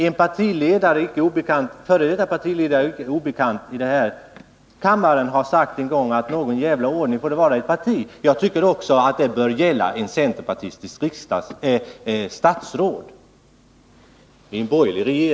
En f. d. partiledare, som inte är obekant för denna kammare, har en gång sagt: Någon djävla ordning får det vara i ett parti. Jag tycker att detta också bör gälla för ett centerpartistiskt statsråd i en borgerlig regering.